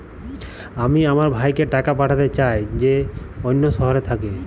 আমি আমার ভাইকে টাকা পাঠাতে চাই যে অন্য শহরে থাকে